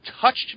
touched